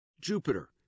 Jupiter